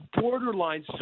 borderline